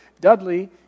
Dudley